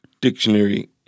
Dictionary